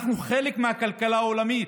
אנחנו חלק מהכלכלה העולמית,